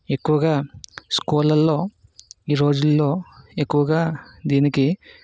ఎక్కువగా స్కూళ్ళలో ఈ రోజుల్లో ఎక్కువగా దీనికి